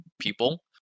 people